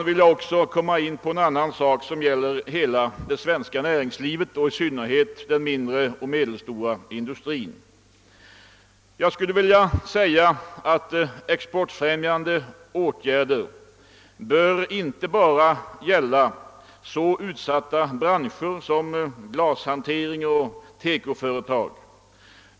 Till sist vill jag beröra en fråga som gäller hela det svenska näringslivet och i synnerhet den mindre och medelstora industrin. Exportfrämjande åtgärder bör inte bara gälla så utsatta branscher som sglashantering och TEKO-företag.